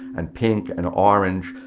and pink and orange.